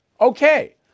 Okay